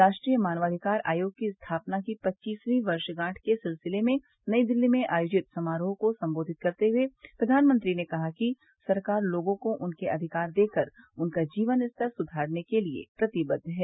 राष्ट्रीय मानवाधिकार आयोग की स्थापना की पच्चीसवीं वर्षगांठ के सिलसिले में नई दिल्ली में आयोजित समारोह को सम्बोधित कर्ते हुए प्रधानमंत्री ने कहा कि सरकार लोगों को उनके अधिकार देकर उनका जीवन स्तर सुधारने के लिए प्रतिबद्ध है